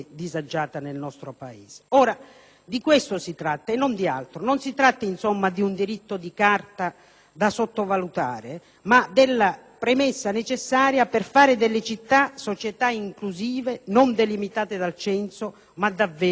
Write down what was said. di questo si tratta e non di altro: non si tratta, insomma, di un diritto di carta da sottovalutare, ma della premessa necessaria per fare delle città società inclusive, non delimitate dal censo, ma davvero universali.